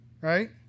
right